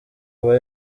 aba